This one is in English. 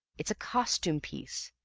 it's a costume piece,